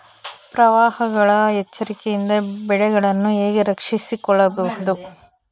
ಪ್ರವಾಹಗಳ ಎಚ್ಚರಿಕೆಯಿಂದ ಬೆಳೆಗಳನ್ನು ಹೇಗೆ ರಕ್ಷಿಸಿಕೊಳ್ಳಬಹುದು?